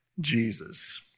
Jesus